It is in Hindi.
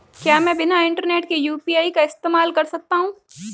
क्या मैं बिना इंटरनेट के यू.पी.आई का इस्तेमाल कर सकता हूं?